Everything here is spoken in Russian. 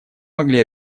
могли